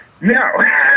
No